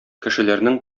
кешеләрнең